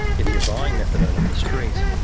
if you're buying methadone on the street,